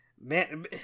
man